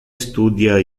studia